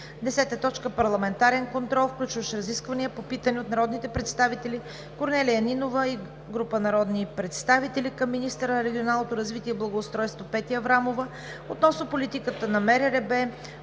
10. Парламентарен контрол, включващ: 10.1. Разисквания по питане от народния представител Корнелия Нинова и група народни представители към министъра на регионалното развитие и благоустройството Петя Аврамова относно политиката на